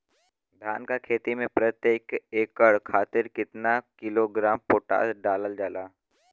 धान क खेती में प्रत्येक एकड़ खातिर कितना किलोग्राम पोटाश डालल जाला?